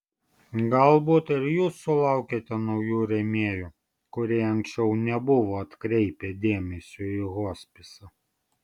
galbūt ir jūs sulaukėte naujų rėmėjų kurie anksčiau nebuvo atkreipę dėmesio į hospisą